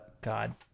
God